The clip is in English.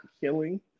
killing